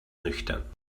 nüchtern